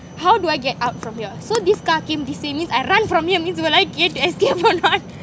how do I get out from here so this car came this way I run from here means will I get escape or not